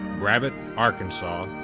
gravette arkansas,